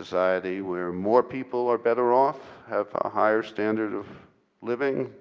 society where more people are better off. have a higher standard of living,